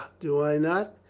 do i not?